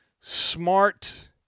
Smart